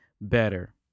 better